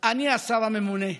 אני השר הממונה.